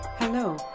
Hello